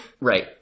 Right